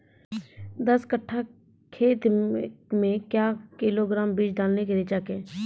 दस कट्ठा खेत मे क्या किलोग्राम बीज डालने रिचा के?